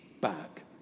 back